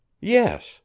Yes